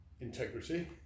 integrity